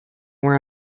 where